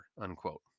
unquote